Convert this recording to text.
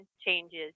changes